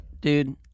dude